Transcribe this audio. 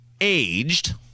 aged